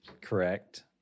Correct